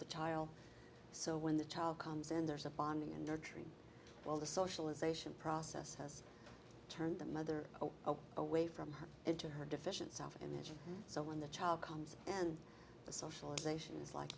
the child so when the child comes and there's a bonding and nurturing well the socialization process has turned the mother away from her into her deficient self and so when the child comes and the socialization is like